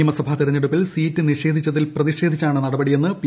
നിയമസഭാ തിരഞ്ഞെടുപ്പിൽ സീറ്റ് നിഷേധിച്ചതിൽ പ്രതിഷേധിച്ചാണ് നടപടിയെന്ന് പി